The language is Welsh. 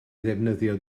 ddefnyddio